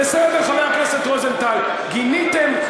בסדר, חבר הכנסת רוזנטל, גיניתם?